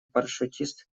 парашютист